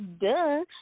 Duh